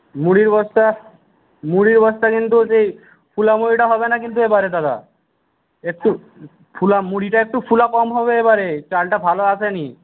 মুড়ির বস্তা মুড়ির বস্তা কিন্তু সেই ফোলা মুড়িটা হবে না কিন্তু এবারে দাদা একটু ফোলা মুড়িটা একটু ফোলা কম হবে এবারে চালটা ভালো আসেনি